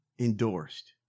Endorsed